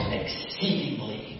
exceedingly